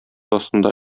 астында